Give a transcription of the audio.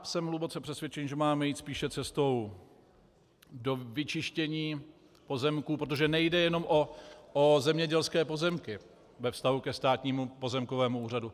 Jsem hluboce přesvědčený, že máme jít spíše cestou do vyčištění pozemků, protože nejde jenom o zemědělské pozemky ve vztahu ke Státnímu pozemkovému úřadu.